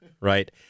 right